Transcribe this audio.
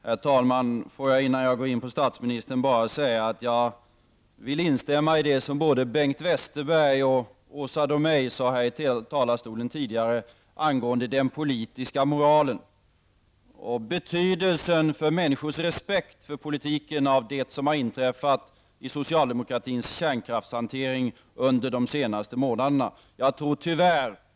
Herr talman! Låt mig innan jag går in på det som statsministern sade bara instämma i det som både Bengt Westerberg och Åsa Domeij tidigare framhöll från denna talarstol angående den politiska moralen och vad det som har inträffat i socialdemokratins kärnkraftshantering under de senaste månaderna har betytt för människors respekt för politiken.